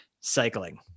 cycling